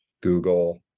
Google